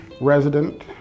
resident